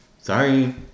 Sorry